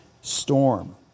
storm